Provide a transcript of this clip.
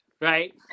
Right